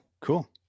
cool